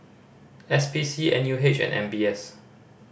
S P C N U H and M B S